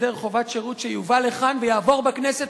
הסדר חובת שירות שיובא לכאן ויעבור בכנסת